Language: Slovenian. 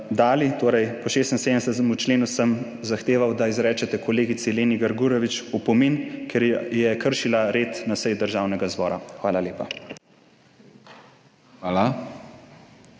po 76. členu sem zahteval, da izrečete kolegici Leni Grgurevič opomin, ker je kršila red na seji Državnega zbora. Hvala lepa.